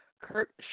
Kurt